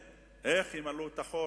איך ימלאו את החור?